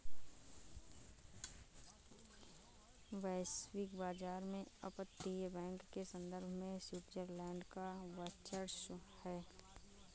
वैश्विक बाजार में अपतटीय बैंक के संदर्भ में स्विट्जरलैंड का वर्चस्व है